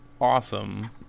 awesome